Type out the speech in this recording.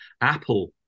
Apple